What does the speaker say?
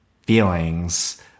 feelings